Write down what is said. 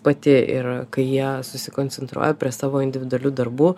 pati ir kai jie susikoncentruoja prie savo individualių darbų